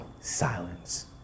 silence